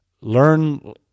learn